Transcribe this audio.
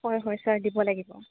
হয় হয় ছাৰ দিব লাগিব